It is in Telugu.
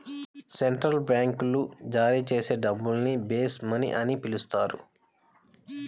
సెంట్రల్ బ్యాంకులు జారీ చేసే డబ్బుల్ని బేస్ మనీ అని పిలుస్తారు